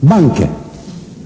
Banke.